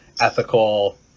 ethical